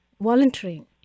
volunteering